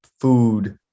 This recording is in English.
food